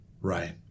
right